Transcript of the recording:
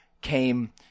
came